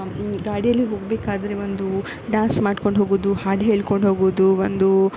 ಗಾಡಿಯಲ್ಲಿ ಹೋಗಬೇಕಾದ್ರೆ ಒಂದು ಡಾನ್ಸ್ ಮಾಡ್ಕೊಂಡು ಹೋಗೋದು ಹಾಡು ಹೇಳ್ಕೊಂಡು ಹೋಗೋದು ಒಂದು